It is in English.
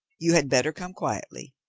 you had better come quietly.